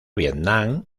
vietnam